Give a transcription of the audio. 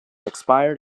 expired